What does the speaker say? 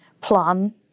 plan